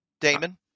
Damon